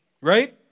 Right